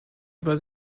über